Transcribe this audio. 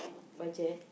budget